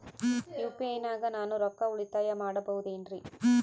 UPI ನಾಗ ನಾನು ರೊಕ್ಕ ಉಳಿತಾಯ ಮಾಡಬಹುದೇನ್ರಿ?